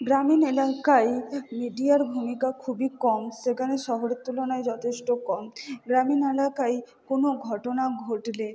গ্রামীণ এলাকায় মিডিয়ার ভূমিকা খুবই কম সেখানে শহরের তুলনায় যথেষ্ট কম গ্রামীণ এলাকায় কোনো ঘটনা ঘটলে